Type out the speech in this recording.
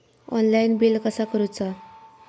Online bill कसा करुचा?